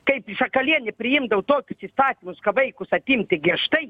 kaip šakalienė priimdavo tokius įstatymus ka vaikus atimti griežtai